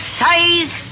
size